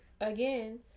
Again